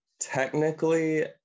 technically